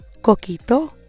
coquito